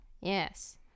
yes